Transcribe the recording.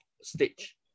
stage